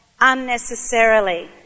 unnecessarily